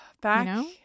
Back